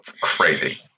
crazy